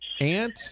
aunt